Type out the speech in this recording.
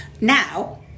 Now